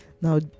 Now